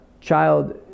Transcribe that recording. child